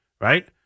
Right